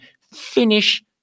finish